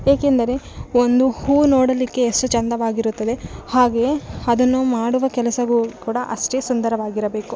ಏಕೆಂದರೆ ಒಂದು ಹೂವು ನೋಡಲಿಕ್ಕೆ ಎಷ್ಟು ಚಂದವಾಗಿರುತ್ತದೆ ಹಾಗೆಯೇ ಅದನ್ನು ಮಾಡುವ ಕೆಲಸವು ಕೂಡ ಅಷ್ಟೇ ಸುಂದರವಾಗಿರಬೇಕು